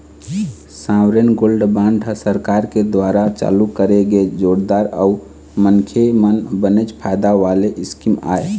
sovereign gold bond ह सरकार के दुवारा चालू करे गे जोरदार अउ मनखे मन बनेच फायदा वाले स्कीम आय